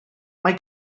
mae